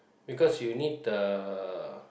because you need the